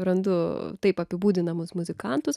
randu taip apibūdinamus muzikantus